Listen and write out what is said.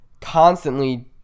constantly